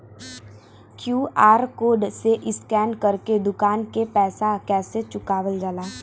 QR code से scan कर के दुकान के पैसा कैसे चुकावल जाला?